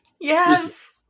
Yes